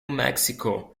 mexico